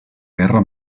guerra